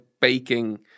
baking